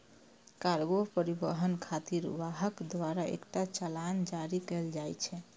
cargo परिवहन खातिर वाहक द्वारा एकटा चालान जारी कैल जाइ छै